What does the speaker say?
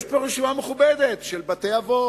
יש פה רשימה מכובדת של בתי-אבות,